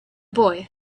boy